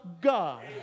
God